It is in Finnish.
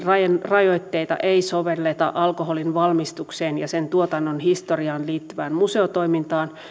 rajoitteita ei sovelleta alkoholin valmistukseen ja sen tuotannon historiaan liittyvään museotoimintaan